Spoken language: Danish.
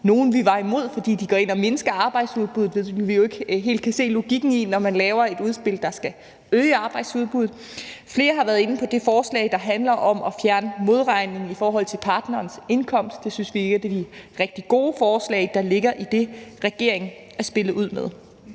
nogle, vi var imod, fordi de går ind og mindsker arbejdsudbuddet, hvad vi jo ikke helt kan se logikken i, når man laver et udspil, der skal øge arbejdsudbuddet. Flere har været inde på det forslag, der handler om at fjerne modregning i forhold til partnerens indkomst, og det synes vi er et af de rigtig gode forslag, der ligger i det, regeringen er spillet ud med.